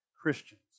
Christians